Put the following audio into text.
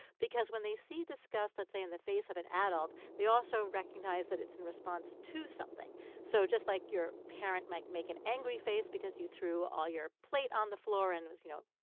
because when they see disgust, let's say, in the face of an adult, they also recognize that it's in response to something so just like your parent might make an angry face because you threw all your plate on the floor and was, you know,